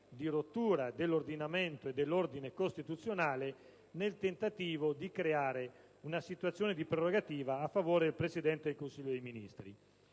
di rottura dell'ordinamento e dell'ordine costituzionale, nel tentativo di creare una situazione di prerogativa a favore del Presidente del Consiglio dei ministri.